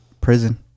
prison